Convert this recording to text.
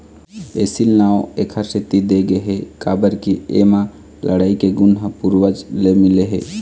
एसील नांव एखरे सेती दे गे हे काबर के एमा लड़ई के गुन ह पूरवज ले मिले हे